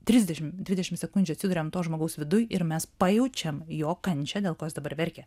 trisdešimt dvidešimt sekundžių atsiduriam to žmogaus viduj ir mes pajaučiam jo kančią dėl ko jis dabar verkia